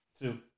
two